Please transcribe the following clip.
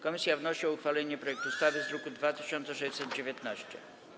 Komisja wnosi o uchwalenie projektu ustawy z druku nr 2619.